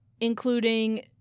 including